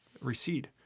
recede